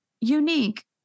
unique